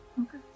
Okay